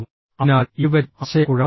അതിനാൽ ഇരുവരും ആശയക്കുഴപ്പത്തിലാണ്